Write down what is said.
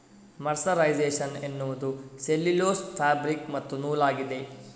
mercerisation ಎನ್ನುವುದು cellulose fabric ಮತ್ತು ನೂಲಾಗಿದೆ